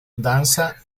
danza